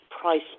price